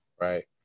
right